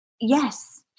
yes